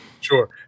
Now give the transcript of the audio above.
Sure